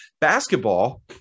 basketball